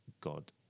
God